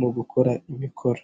mu gukora imikoro.